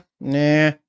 nah